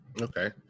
Okay